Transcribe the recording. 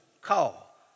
call